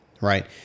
Right